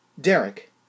Derek